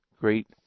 Great